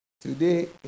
Today